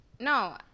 no